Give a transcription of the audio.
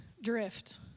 drift